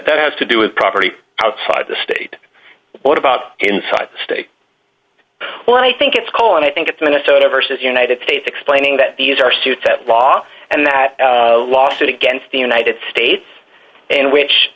that has to do with property outside of the state what about inside state when i think it's cold and i think it's minnesota versus united states explaining that these are suits that law and that lawsuit against the united states in which